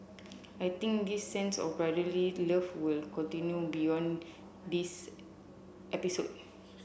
I think this sense of brotherly love will continue beyond this episode